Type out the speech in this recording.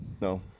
No